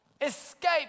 Escape